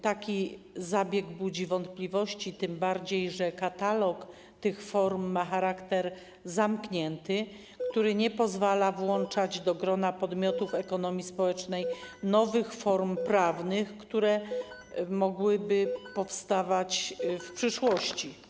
Taki zabieg budzi wątpliwości, tym bardziej że katalog tych form ma charakter zamknięty, który nie pozwala włączać do grona podmiotów ekonomii społecznej nowych form prawnych, które mogłyby powstawać w przyszłości.